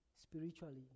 spiritually